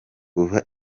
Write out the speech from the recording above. kuva